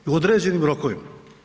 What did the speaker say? U određenim rokovima.